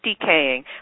decaying